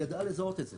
היא ידעה לזהות את זה.